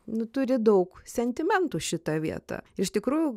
nu turi daug sentimentų šita vieta iš tikrųjų